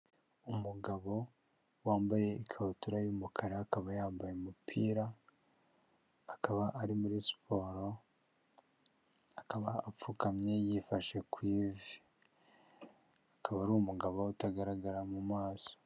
Umugabo wambaye ikabutura y'umukara akaba yambaye umupira, akaba ari muri siporo, akaba apfukamye yifashe ku ivi, akaba ari umugabo utagaragara mu maso.